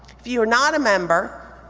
if you are not a member,